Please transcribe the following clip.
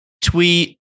tweet